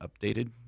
updated